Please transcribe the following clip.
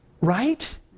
right